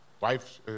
wife